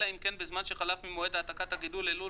אלא אם כן בזמן שחלף ממועד העתקת הגידול ניתן ללול